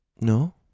No